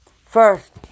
First